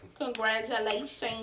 congratulations